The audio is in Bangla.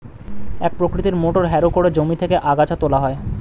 এক প্রকৃতির মোটর হ্যারো করে জমি থেকে আগাছা তোলা হয়